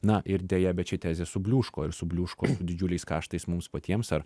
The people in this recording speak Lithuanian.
na ir deja bet ši tezė subliūško ir subliūško su didžiuliais karštais mums patiems ar